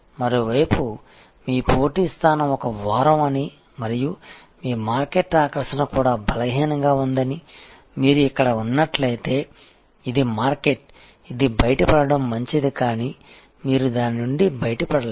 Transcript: మరోవైపు మీ పోటీ స్థానం ఒక వారం అని మరియు మీ మార్కెట్ ఆకర్షణ కూడా బలహీనంగా ఉందని మీరు ఇక్కడ ఉన్నట్లయితే ఇది మార్కెట్ ఇది బయటపడటం మంచిది కానీ మీరు దాని నుండి బయటపడలేరు